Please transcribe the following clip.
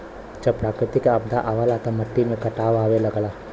जब प्राकृतिक आपदा आवला त मट्टी में कटाव आवे लगला